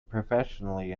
professionally